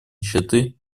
нищеты